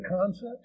concept